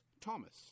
Thomas